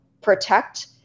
protect